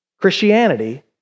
Christianity